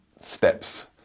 steps